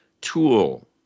tool